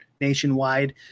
nationwide